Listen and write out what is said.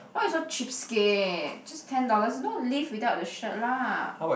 why you so cheapskate just ten dollars you don't live without the shirt lah